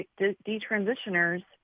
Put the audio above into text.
detransitioners